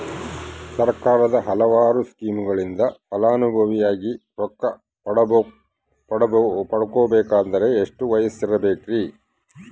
ಸರ್ಕಾರದ ಹಲವಾರು ಸ್ಕೇಮುಗಳಿಂದ ಫಲಾನುಭವಿಯಾಗಿ ರೊಕ್ಕ ಪಡಕೊಬೇಕಂದರೆ ಎಷ್ಟು ವಯಸ್ಸಿರಬೇಕ್ರಿ?